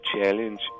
challenge